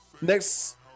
next